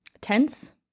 tense